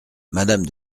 madame